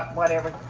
whatever.